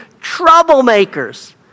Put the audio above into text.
Troublemakers